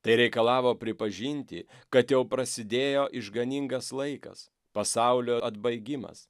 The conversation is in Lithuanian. tai reikalavo pripažinti kad jau prasidėjo išganingas laikas pasaulio atbaigimas